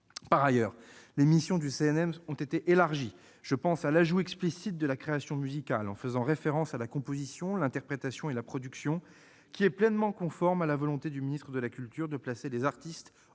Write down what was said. Par ailleurs, les missions du CNM ont été élargies. Je pense à l'ajout explicite de la création musicale, en faisant référence à la composition, l'interprétation et la production, qui est pleinement conforme à la volonté du ministre de la culture de placer les artistes